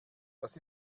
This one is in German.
das